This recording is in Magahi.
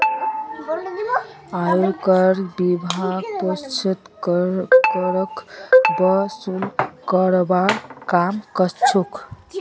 आयकर विभाग प्रत्यक्ष करक वसूल करवार काम कर्छे